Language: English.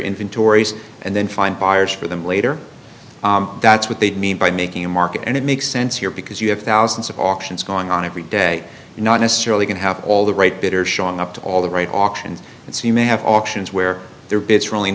inventories and then find buyers for them later that's what they mean by making a market and it makes sense here because you have thousands of auctions going on every day and not necessarily going to have all the right beter showing up to all the right options and so you may have options where there are bits really